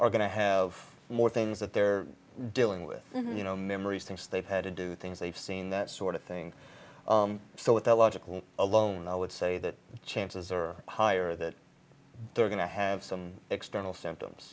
are going to have more things that they're dealing with you know memories things they've had to do things they've seen that sort of thing so with their logical alone i would say that chances are higher that they're going to have some external symptoms